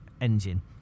engine